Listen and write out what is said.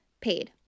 paid